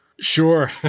Sure